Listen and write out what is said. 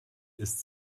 ist